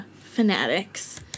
fanatics